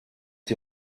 die